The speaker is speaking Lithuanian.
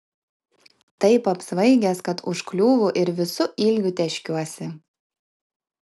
taip apsvaigęs kad užkliūvu ir visu ilgiu tėškiuosi